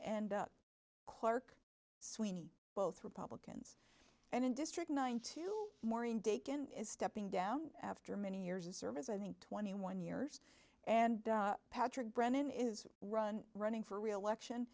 end up clark sweeney both republicans and in district nine to maureen daken is stepping down after many years of service i think twenty one years and patrick brennan is run running for reelection